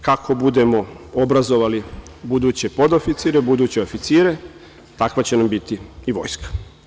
Kako budemo obrazovali buduće podoficire, buduće oficire, takva će nam biti i vojska.